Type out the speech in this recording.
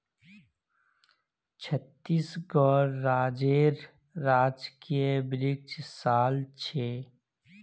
छत्तीसगढ़ राज्येर राजकीय वृक्ष साल छे